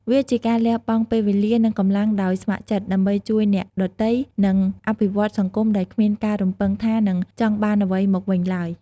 វាជាការលះបង់ពេលវេលា និងកម្លាំងដោយស្ម័គ្រចិត្ត ដើម្បីជួយអ្នកដទៃ និងអភិវឌ្ឍសង្គមដោយគ្មានការរំពឹងថានឹងចង់បានអ្វីមកវិញឡើយ។